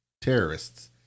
terrorists